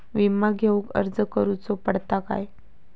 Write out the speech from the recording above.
विमा घेउक अर्ज करुचो पडता काय?